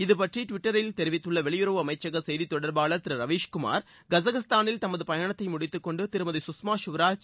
இதுபற்றி டிவிட்டரில் தெரிவித்துள்ள வெளியுறவு அமைச்சக செய்தித் தொடர்பாளர் திரு ரவீஷ் குமார் கஸகஸ்தானில் தமது பயணத்தை முடித்துக்கொண்டு திருமதி சுஷ்மா ஸ்வராஜ்